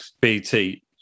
BT